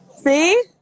See